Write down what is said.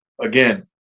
again